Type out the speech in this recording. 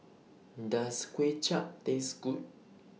Does Kway Chap Taste Good